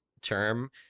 term